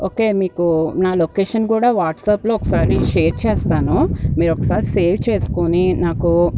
okay మీకు నా location కూడా వాట్సాప్లో ఒకసారి షేర్ చేస్తాను మీరు ఒకసారి సేవ్ చేసుకొని నాకు